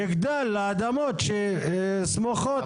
לא, היא כנראה צופה בחירות קרבות.